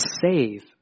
save